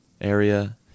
area